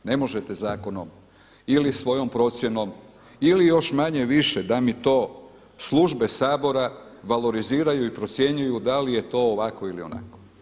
Ne možete zakonom, ili svojom procjenom, ili još manje-više da mi to službe sabora valoriziraju i procjenjuju da li je to ovako ili onako.